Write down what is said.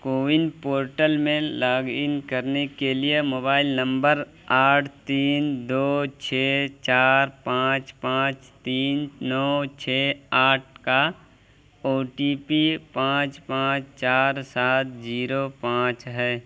CoWIN portal میں log in کرنے کے لیے موبائل نمبر آٹھ تین دو چھ چار پانچ پانچ تین نو چھ آٹھ کا او ٹی پی پانچ پانچ چار سات جیرو پانچ ہے